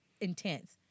intense